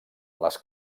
les